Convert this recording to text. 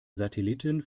satelliten